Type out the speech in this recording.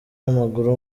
w’amaguru